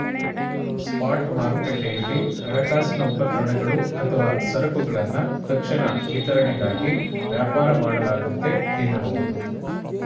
spot ಮಾರುಕಟ್ಟೆಯಲ್ಲಿ ಹಣಕಾಸಿನ ಉಪಕರಣಗಳು ಅಥವಾ ಸರಕುಗಳನ್ನ ತಕ್ಷಣ ವಿತರಣೆಗಾಗಿ ವ್ಯಾಪಾರ ಮಾಡಲಾಗುತ್ತೆ ಎನ್ನಬಹುದು